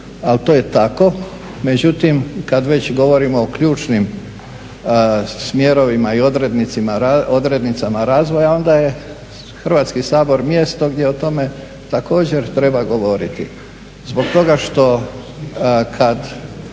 ali to je tako. Međutim, kad već govorimo o ključnim smjerovima i odrednicama razvoja, onda je Hrvatski sabor mjesto gdje o tome također treba govoriti zbog toga što kad